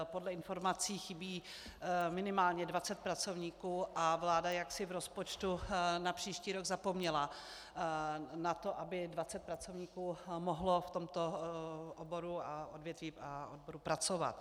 Podle informací chybí minimálně dvacet pracovníků a vláda jaksi v rozpočtu na příští rok zapomněla na to, aby dvacet pracovníků mohlo v tomto oboru a odvětví pracovat.